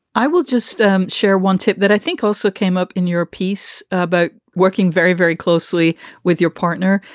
i will just ah share one tip that i think also came up in your piece about working very, very closely with your partner,